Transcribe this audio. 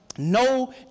no